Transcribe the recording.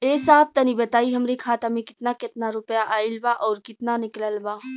ए साहब तनि बताई हमरे खाता मे कितना केतना रुपया आईल बा अउर कितना निकलल बा?